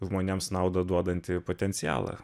žmonėms naudą duodantį potencialą